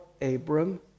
Abram